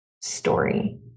story